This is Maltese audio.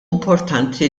importanti